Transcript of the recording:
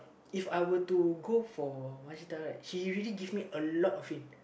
If I were to go for Mashita right she really give me a lot of faith